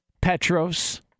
Petros